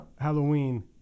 Halloween